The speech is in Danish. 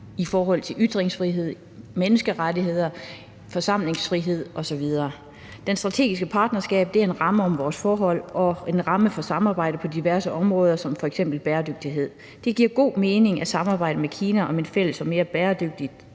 det gælder ytringsfrihed, menneskerettigheder, forsamlingsfrihed osv. Det strategiske partnerskab er en ramme om vores forhold og en ramme for samarbejdet på diverse områder som f.eks. bæredygtighed. Det giver god mening at samarbejde med Kina om en fælles og mere bæredygtig